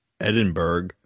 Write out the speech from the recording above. Edinburgh